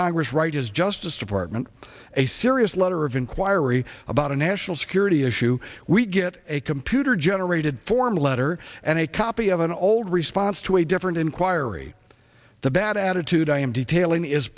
congress write his justice department a serious letter of inquiry about a national security issue we get a computer generated form letter and a copy of an old response to a different inquiry the bad attitude i am detailing is